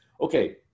Okay